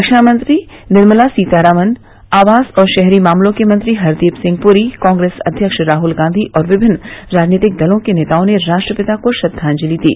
रक्षा मंत्री निर्मला सीतारामन आवास और शहरी मामलों के मंत्री हरदीप सिंह पुरी कांग्रेस अध्यक्ष राहुल गांधी और विभिन्न राजनीतिक दलों के नेताओं ने राष्ट्रपिता को श्रद्वांजलि दी